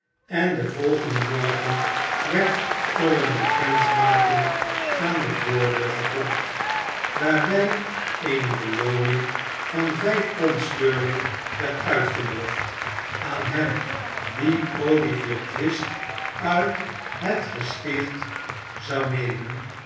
en den volgenden morgen werd er een bekendmaking aan de voordeur geplakt waarbij eene belooning van vijf pond sterling werd uitgeloofd aan hem die olivier twist uit het gesticht zou nemen